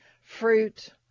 fruit